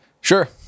Sure